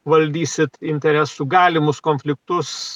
valdysit interesų galimus konfliktus